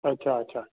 अच्छा अच्छा